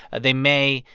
they may,